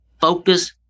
focus